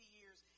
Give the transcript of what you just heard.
years